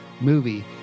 movie